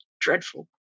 dreadful